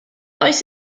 oes